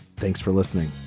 thanks for listening